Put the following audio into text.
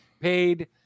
paid